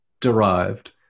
derived